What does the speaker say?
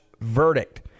verdict